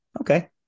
okay